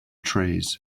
trees